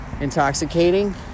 intoxicating